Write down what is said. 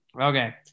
Okay